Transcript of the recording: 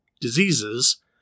diseases